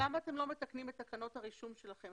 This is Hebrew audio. למה אתם לא מתקנים את תקנות הרישום שלכם?